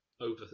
Over